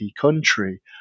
country